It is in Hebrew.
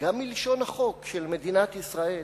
גם מלשון החוק של מדינת ישראל.